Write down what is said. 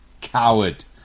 coward